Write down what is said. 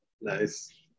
Nice